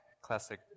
classic